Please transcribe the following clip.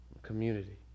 community